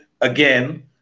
again